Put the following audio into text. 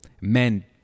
Men